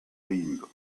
lindo